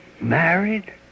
Married